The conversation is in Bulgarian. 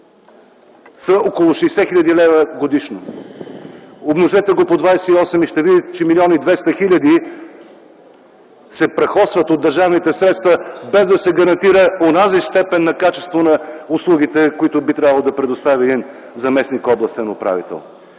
са около 60 хил. лв. годишно? Умножете го по 28 и ще видите, че 1 млн. 200 хил. лв. от държавните средства се прахосват, без да се гарантира онази степен на качество на услугите, които би трябвало да предостави един заместник областен управител.